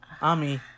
Ami